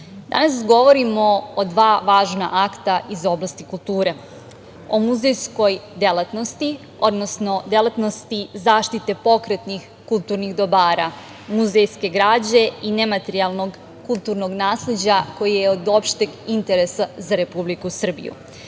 danas govorimo o dva važna akta iz oblasti kulture o muzejskoj delatnosti, odnosno delatnosti zaštite pokretnih kulturnih dobara, muzejske građe i nematerijalnog kulturnog nasleđa koji je od opšte interesa za Republiku Srbiju.